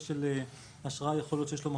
להיות שיש לשלב את נושא האשראי גם בהיבט